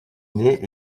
nés